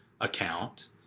account